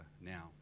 now